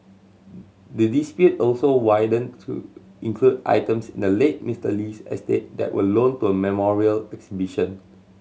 the dispute also widened to include items in the late Mister Lee's estate that were loaned to a memorial exhibition